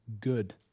good